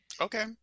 Okay